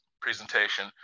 presentation